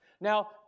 Now